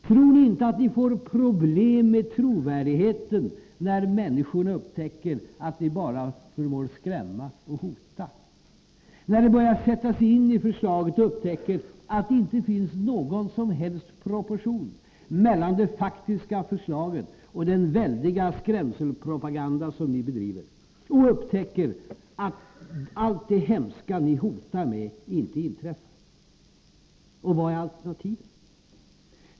Tror ni inte att ni får problem med trovärdigheten när människorna upptäcker att ni bara förmår skrämma och hota, när de börjar sätta sig in i förslaget och upptäcker att det inte finns någon som helst proportion mellan det faktiska förslaget och den väldiga skrämselpropaganda som ni bedriver och när de upptäcker att allt det hemska ni hotar med inte inträffar? Och vad är alternativet?